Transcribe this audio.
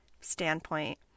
standpoint